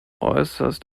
äußerst